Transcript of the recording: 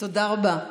תודה רבה.